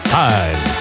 time